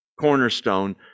cornerstone